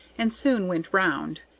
and soon went round,